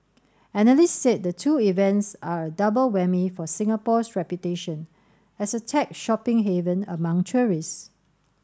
analysts said the two events are a double whammy for Singapore's reputation as a tech shopping haven among tourists